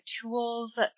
Tools